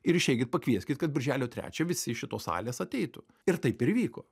ir išeikit pakvieskit kad birželio trečią visi iš šitos salės ateitų ir taip ir įvyko